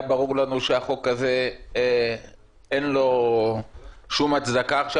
היה ברור לנו שלחוק הזה אין שום הצדקה עכשיו.